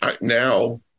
now